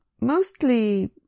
mostly